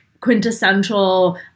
quintessential